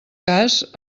cas